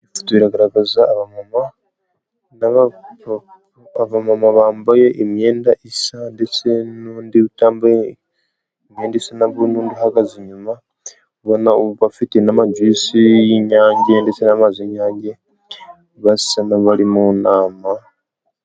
Videwo iragaragaza aba mama, aba mama bambaye imyenda isa ndetse n'undi utambaye imyenda isa na bo n'undi uhagaze inyuma, ubona bafite amajuyisi y'inyange ndetse n'amazi y'inyange basa n'abari mu nama.